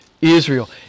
Israel